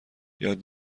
یاد